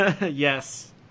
Yes